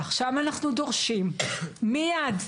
ועכשיו אנחנו דורשים מיד,